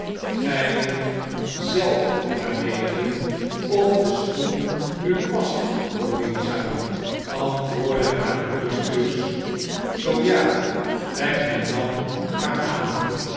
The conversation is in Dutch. grij moet zelf maar weten of de schoen u past louisa antwoordde haar broeder stuursch zoo ja trek hem dan maar aan